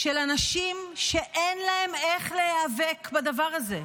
של אנשים שאין להם איך להיאבק בדבר הזה,